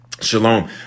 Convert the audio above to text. Shalom